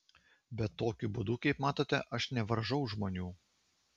bet tokiu būdu kaip matote aš nevaržau žmonių